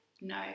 no